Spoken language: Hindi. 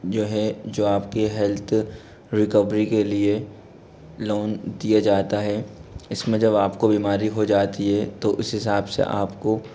जो है जो आपके हेल्थ रिकवरी के लिए लोन दिया जाता है इसमें जब आपको बीमारी हो जाती है तो उस हिसाब से आपको